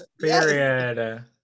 period